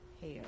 hair